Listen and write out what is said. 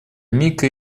мика